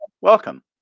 welcome